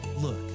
Look